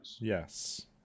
Yes